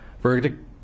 Verdict